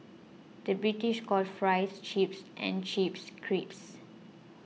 the British calls Fries Chips and Chips Crisps